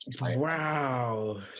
Wow